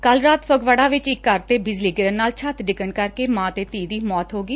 ਕੱਲ ਰਾਤ ਫਗਵਾੜਾ ਵਿਚ ਇੱਕ ਘਰ ਤੇ ਬਿਜਲੀ ਗਿਰਨ ਨਾਲ ਛੱਤ ਡਿੱਗਣ ਕਰਕੇ ਮਾਂ ਤੇ ਧੀ ਦੀ ਮੌਤ ਹੋ ਗਈ